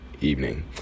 evening